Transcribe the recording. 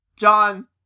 John